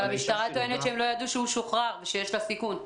אבל המשטרה טוענת שהם לא ידעו שהוא שוחרר ושהיא בסיכון.